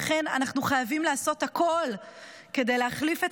לכן אנחנו חייבים לעשות הכול כדי להחליף את